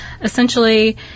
essentially